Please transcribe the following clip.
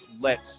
lets